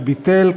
שביטל,